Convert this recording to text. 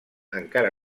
encara